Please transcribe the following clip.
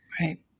Right